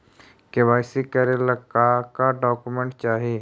KYC करे ला का का डॉक्यूमेंट चाही?